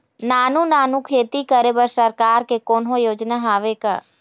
नानू नानू खेती करे बर सरकार के कोन्हो योजना हावे का?